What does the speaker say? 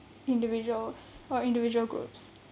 individuals or individual groups